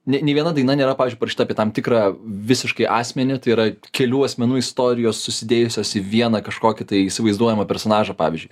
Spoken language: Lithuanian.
ne nei viena daina nėra pavyzdžiui parašyta apie tam tikrą visiškai asmenį tai yra kelių asmenų istorijos susidėjusios į vieną kažkokį tai įsivaizduojamą personažą pavyzdžiui